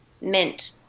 Mint